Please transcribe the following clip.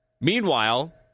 Meanwhile